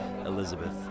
Elizabeth